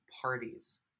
parties